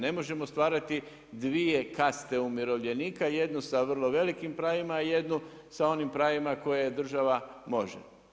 Ne možemo stvarati dvije kaste umirovljenika, jednu sa vrlo velikim pravima, jednu sa onim pravima koje država može.